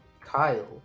Kyle